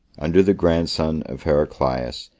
under the grandson of heraclius,